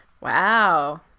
Wow